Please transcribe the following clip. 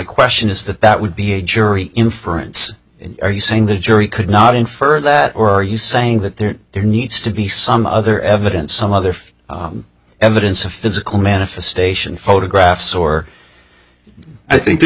question is that that would be a jury inference are you saying the jury could not infer that or are you saying that there there needs to be some other evidence some other evidence of physical manifestation photographs or i think there